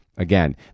Again